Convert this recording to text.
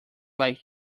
like